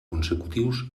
consecutius